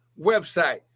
website